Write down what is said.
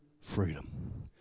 freedom